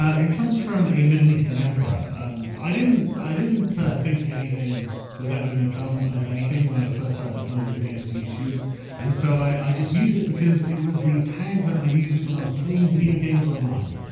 it comes from a middle eastern emperor um i didn't i didn't think anything was ever gonna come of anything when i first started and uploading videos to youtube and so i i just used it because it was the tags that i used when i was playing video games online